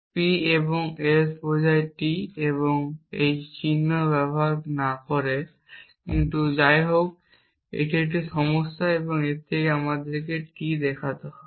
P এবং S বোঝায় T এবং একই চিহ্ন ব্যবহার না করে কিন্তু যাইহোক এটি একই সমস্যা এবং এর থেকে আমাদের T দেখাতে হবে